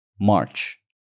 March